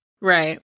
Right